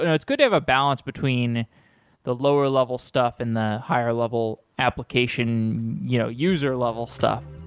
you know it's good to have a balance between the lower level stuff and the higher level application you know user level stuff.